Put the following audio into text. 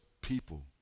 people